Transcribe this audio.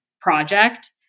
project